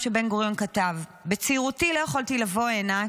שבן-גוריון כתב: "בצעירותי לא יכולתי לבוא הנה,